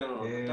אלון,